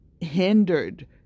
hindered